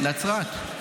נצרת.